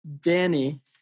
Danny